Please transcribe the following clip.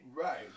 Right